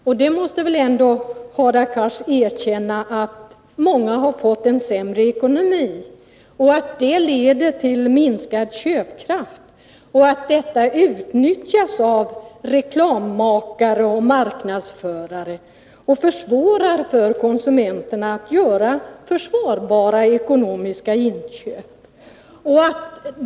Hadar Cars måste väl ändå erkänna att många har fått sämre ekonomi, att det leder till minskad köpkraft och att detta utnyttjas av reklammakare och marknadsförare och försvårar för konsumenterna att göra försvarbara ekonomiska inköp.